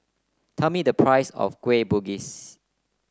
tell me the price of Kueh Bugis